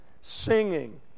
singing